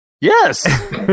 yes